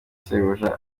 sebuja